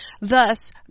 Thus